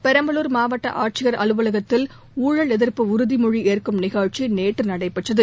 பெரம்பலூர் மாவட்ட ஆட்சியர் அலுவலகத்தில் ஊழல் எதிர்ப்பு உறுதிமொழி ஏற்கும் நிகழ்ச்சி நேற்று நடைபெற்றது